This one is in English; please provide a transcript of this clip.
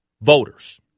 voters